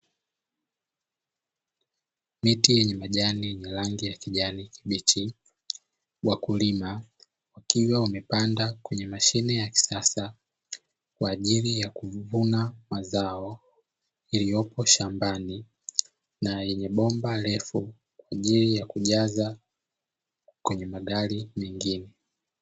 Miti yenye majani na rangi ya kijani kibichi wakulima wakiwa wamepanda kwenye mashine ya kisasa kwa ajili ya kuvuna mazao yaliyopo shambani, na yenye bomba refu kwa ajili ya kujaza kwenye magari mengine.